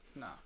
no